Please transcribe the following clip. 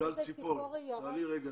יש לך את יגאל ציפורי?